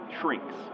shrinks